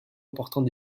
apportant